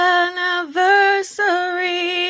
anniversary